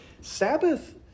Sabbath